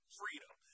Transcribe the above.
freedom